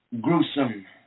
Gruesome